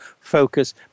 focus